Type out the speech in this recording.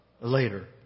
Later